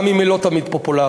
גם אם היא לא תמיד פופולרית.